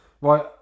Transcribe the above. Right